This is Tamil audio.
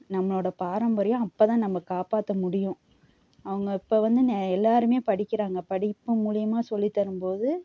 நம்மளோட பாரம்பரியம் அப்போ தான் நம்ம காப்பாற்றமுடியும் அவங்க இப்போ வந்து எல்லாருமே படிக்குறாங்க படிப்பு மூலியமாக சொல்லி தரும்போது